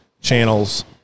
channels